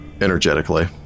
energetically